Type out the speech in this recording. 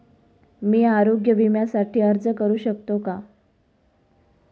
मी आरोग्य विम्यासाठी अर्ज करू शकतो का?